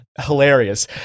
hilarious